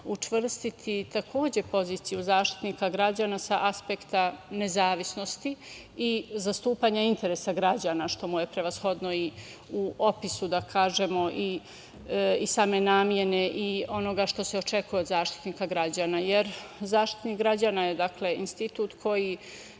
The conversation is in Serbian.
učvrstiti takođe poziciju Zaštitnika građana sa aspekta nezavisnosti i zastupanja interesa građana, što mu je prevashodno i u opisu same namene i onoga što se očekuje od Zaštitnika građana. Dakle, Zaštitnik građana je institut koji